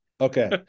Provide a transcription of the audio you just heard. okay